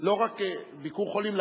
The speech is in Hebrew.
לא רק "ביקור חולים",